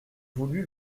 voulu